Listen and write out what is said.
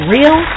Real